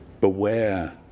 Beware